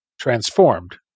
transformed